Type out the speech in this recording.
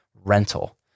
rental